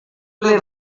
ple